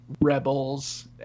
rebels